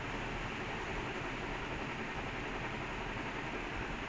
his [one] quite a lot already [what] you caught how many he scored primary goals already